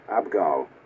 Abgal